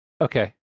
Okay